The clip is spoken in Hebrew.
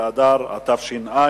באדר התש"ע